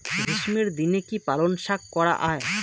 গ্রীষ্মের দিনে কি পালন শাখ করা য়ায়?